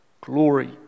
glory